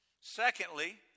secondly